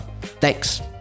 Thanks